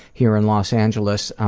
here in los angeles.